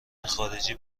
خارجی